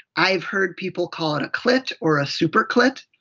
i've heard people call it a! clit! or a! super clit.